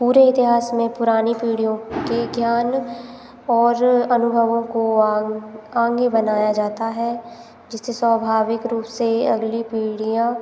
पूरे इतिहास में पुरानी पीढ़ियों के ज्ञान और अनुभवों को आ आगे बनाया जाता है जिससे स्वाभाविक रूप से अगली पीढ़ियाँ